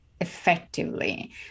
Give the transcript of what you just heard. effectively